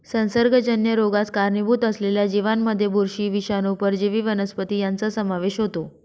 संसर्गजन्य रोगास कारणीभूत असलेल्या जीवांमध्ये बुरशी, विषाणू, परजीवी वनस्पती यांचा समावेश होतो